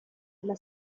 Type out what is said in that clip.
della